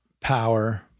power